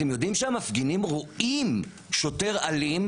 אתם יודעים שהמפגינים רואים שוטר אלים,